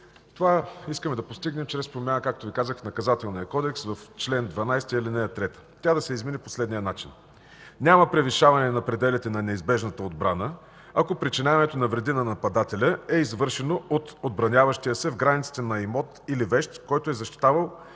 Това искаме да постигнем чрез промяна в Наказателния кодекс, чл. 12, ал. 3. Тя да се измени по следния начин: „Няма превишаване на пределите на неизбежната отбрана, ако причиняването на вреди на нападателя е извършено от отбраняващия се в границите на имот или вещ, който е защитавал,